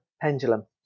pendulum